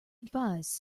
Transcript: advise